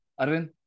Arvin